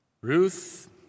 Ruth